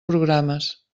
programes